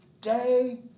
day